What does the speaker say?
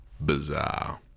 bizarre